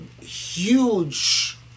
huge